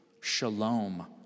Shalom